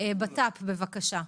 בט"פ, בבקשה.